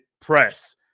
Press